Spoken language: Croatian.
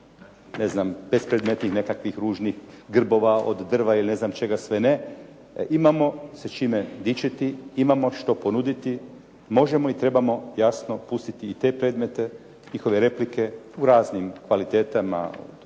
ne znam bespredmetnih nekakvih ružnih grbova od drva ili ne znam čega sve ne. Imamo se čime dičiti, imamo što ponuditi, možemo i trebamo jasno pustiti i te predmete, njihove replike u raznim kvalitetama